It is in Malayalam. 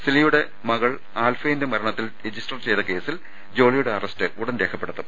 സിലി യുടെ മകൾ ആൽഫൈന്റെ മരണത്തിൽ രജിസ്റ്റർ ചെയ്ത കേസിൽ ജോളിയുടെ അറസ്റ്റ് ഉടൻ രേഖപ്പെടുത്തും